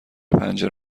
پنجره